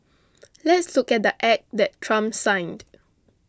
let's look at the Act that Trump signed